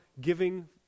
giving